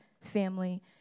family